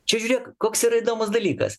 čia žiūrėk koks yra įdomus dalykas